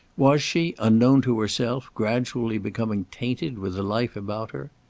was she, unknown to herself gradually becoming tainted with the life about her?